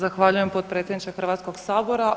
Zahvaljujem potpredsjedniče Hrvatskog sabora.